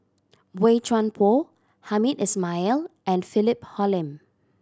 Boey Chuan Poh Hamed Ismail and Philip Hoalim